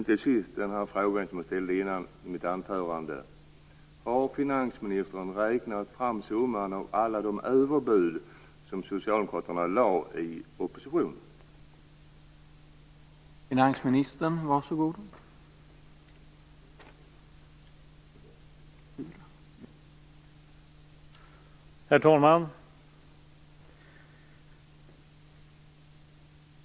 Till sist återkommer jag till min fråga: Har finansministern räknat fram summan av alla de överbud som Socialdemokraterna i opposition presenterade?